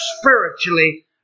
spiritually